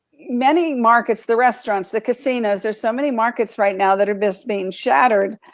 many markets, the restaurants, the casinos, there's so many markets right now, that are just being shattered,